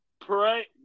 pray